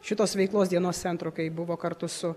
šitos veiklos dienos centro kai buvo kartu su